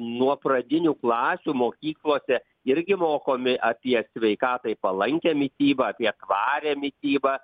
nuo pradinių klasių mokyklose irgi mokomi apie sveikatai palankią mitybą apie tvarią mitybą